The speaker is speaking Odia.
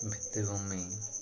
ଭିତ୍ତିଭୂମି